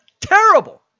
terrible